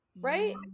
Right